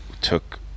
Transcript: took